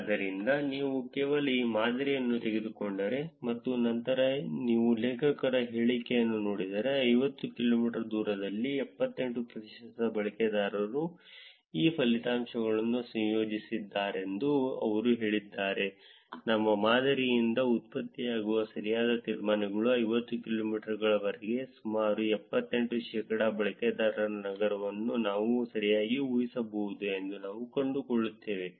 ಆದ್ದರಿಂದ ನೀವು ಕೇವಲ ಈ ಮಾದರಿಯನ್ನು ತೆಗೆದುಕೊಂಡರೆ ಮತ್ತು ನಂತರ ನೀವು ಲೇಖಕರ ಹೇಳಿಕೆಯನ್ನು ನೋಡಿದರೆ 50 ಕಿಲೋಮೀಟರ್ ದೂರದಲ್ಲಿ 78 ಪ್ರತಿಶತ ಬಳಕೆದಾರರು ಈ ಫಲಿತಾಂಶಗಳನ್ನು ಸಂಯೋಜಿಸುತ್ತಿದ್ದಾರೆಂದು ಅವರು ಹೇಳುತ್ತಿದ್ದಾರೆ ನಮ್ಮ ಮಾದರಿಯಿಂದ ಉತ್ಪತ್ತಿಯಾಗುವ ಸರಿಯಾದ ತೀರ್ಮಾನಗಳು 50 ಕಿಲೋಮೀಟರ್ಗಳ ಒಳಗೆ ಸುಮಾರು 78 ಶೇಕಡಾ ಬಳಕೆದಾರರ ನಗರವನ್ನು ನಾವು ಸರಿಯಾಗಿ ಊಹಿಸಬಹುದು ಎಂದು ನಾವು ಕಂಡುಕೊಳ್ಳುತ್ತೇವೆ